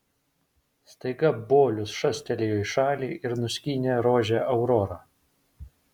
staiga bolius šastelėjo į šalį ir nuskynė rožę aurora